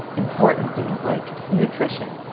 important things like nutrition,